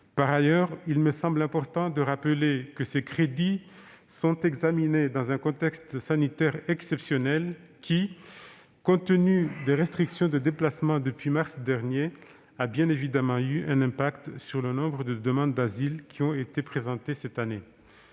Par ailleurs, il me semble important de rappeler que ces crédits sont examinés dans un contexte sanitaire exceptionnel, qui, compte tenu des restrictions de déplacement depuis mars dernier, a bien évidemment eu un impact sur le nombre de demandes d'asile qui ont été présentées cette année.